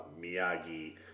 Miyagi